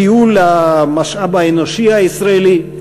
תיעול המשאב האנושי הישראלי.